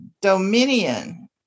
Dominion